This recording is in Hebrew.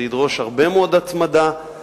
זה ידרוש התמדה רבה מאוד,